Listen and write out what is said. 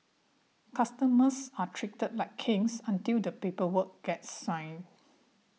customers are treated like kings until the paper work gets signed